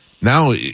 now